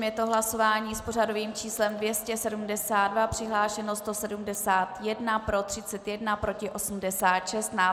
Je to hlasování s pořadovým číslem 272, přihlášeno 171, pro 31, proti 86.